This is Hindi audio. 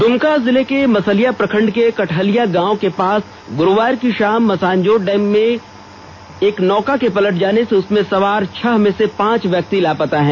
द्मका जिले के मसलिया प्रखंड के कटहलिया गांव के पास गुरुवार की शाम मसानजोर डैम के डुब क्षेत्र में एक नौका के पलट जाने से उसमें सवार छह में से पांच व्यक्ति लापता हैं